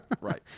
right